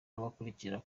abamukurikira